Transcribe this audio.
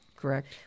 correct